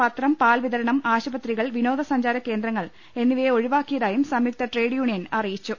പത്രം പാൽവിതരണം ആശുപത്രികൾ വിനോദസഞ്ചാരകേന്ദ്രങ്ങൾ എന്നിവയെ ഒഴിവാക്കിയതായും സംയുക്ത ട്രേഡ് യൂണിയൻ അറി യിച്ചു